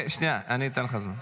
שנייה, אני אתן לך זמן.